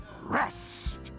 rest